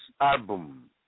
Album